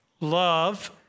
Love